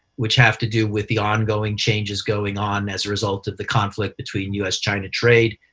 which have to do with the ongoing changes going on as a result of the conflict between u s china trade.